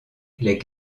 les